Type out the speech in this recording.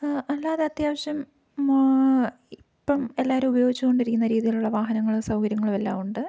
അല്ലാതെ അത്യാവശ്യം ഇപ്പം എല്ലാവരും ഉപയോഗിച്ചു കൊണ്ടിരിക്കുന്ന രീതിയിലുള്ള വാഹനങ്ങളും സൗകര്യങ്ങളും എല്ലാം ഉണ്ട്